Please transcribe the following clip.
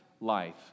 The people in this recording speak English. life